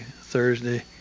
Thursday